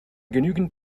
genügend